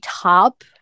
top